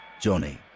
Johnny